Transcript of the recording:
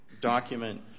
document